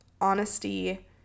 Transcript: honesty